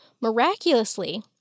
Miraculously